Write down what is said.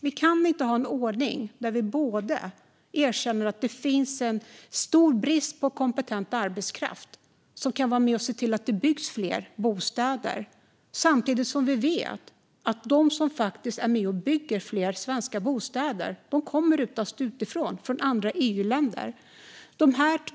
Vi kan inte ha en ordning där vi erkänner att det finns en stor brist på kompetent arbetskraft som kan vara med och se till att det byggs fler bostäder, samtidigt som vi vet att de som faktiskt är med och bygger fler svenska bostäder oftast kommer från andra EU-länder.